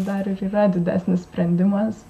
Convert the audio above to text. dar ir yra didesnis sprendimas